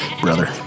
brother